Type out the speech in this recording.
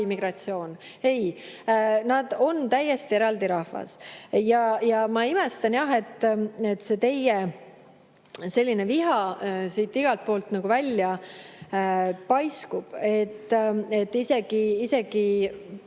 migratsioon. Ei, nad on täiesti eraldi rahvas. Ja ma imestan, et see teie selline viha siit igalt poolt välja paiskub, et isegi